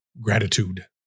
gratitude